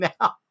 now